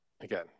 again